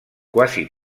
quasi